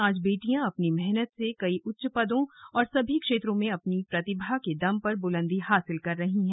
आज बेटियां अपनी मेहनत से कई उच्च पदों और सभी क्षेत्रों में अपनी प्रतिभा के दम पर बुलंदी हासिल कर रही हैं